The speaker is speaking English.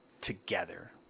together